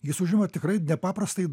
jis užima tikrai nepaprastai